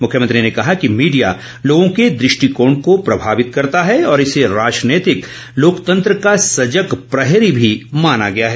मुख्यमंत्री ने कहा कि मीडिया लोगों के दृष्टिकोण को प्रभावित ं करता है और इसे राजनीतिक लोकतंत्र का सजग प्रहरी भी माना गया है